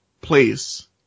place